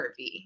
curvy